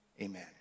Amen